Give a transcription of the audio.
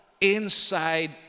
inside